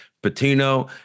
Patino